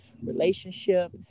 relationship